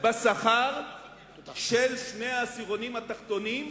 בשכר של שני העשירונים התחתונים.